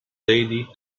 lady